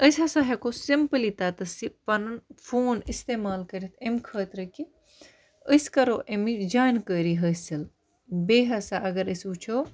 أسۍ ہَسا ہٮ۪کو سِمپلی تَتَس یہِ پَنُن فون اِستعمال کٔرِتھ اَمہِ خٲطرٕ کہِ أسۍ کَرو اَمِچ جانکٲری حٲصِل بیٚیہِ ہَسا اگر أسۍ وٕچھو